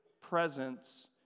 presence